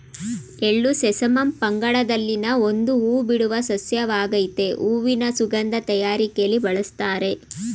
ಎಳ್ಳು ಸೆಸಮಮ್ ಪಂಗಡದಲ್ಲಿನ ಒಂದು ಹೂಬಿಡುವ ಸಸ್ಯವಾಗಾಯ್ತೆ ಹೂವಿನ ಸುಗಂಧ ತಯಾರಿಕೆಲಿ ಬಳುಸ್ತಾರೆ